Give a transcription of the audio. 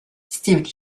steve